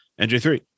NJ3